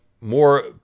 more